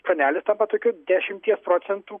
skvernelis tampa tokiu dešimties procentų